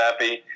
happy